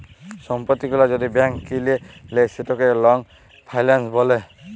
সম্পত্তি গুলা যদি ব্যাংক কিলে লেই সেটকে লং ফাইলাল্স ব্যলে